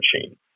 machine